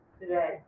today